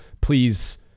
please